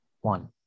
one